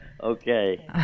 Okay